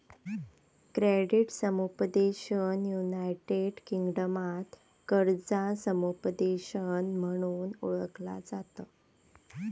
credit समुपदेशन united किंगडमात कर्जा समुपदेशन म्हणून ओळखला जाता